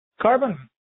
carbon